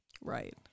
Right